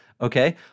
Okay